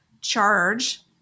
charge